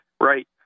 Right